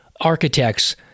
architects